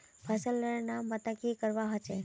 फसल लेर नाम बता की करवा होचे?